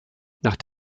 nach